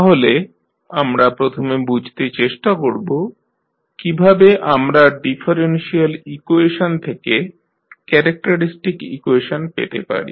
তাহলে আমরা প্রথমে বুঝতে চেষ্টা করব কীভাবে আমরা ডিফারেনশিয়াল ইকুয়েশন থেকে ক্যারেক্টারিস্টিক ইকুয়েশন পেতে পারি